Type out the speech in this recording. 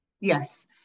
Yes